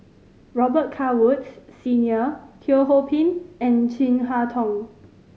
Robet Carr Woods Senior Teo Ho Pin and Chin Harn Tong